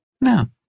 No